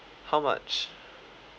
how much